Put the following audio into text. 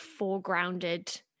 foregrounded